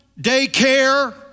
daycare